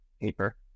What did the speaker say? paper